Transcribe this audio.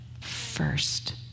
first